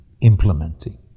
implementing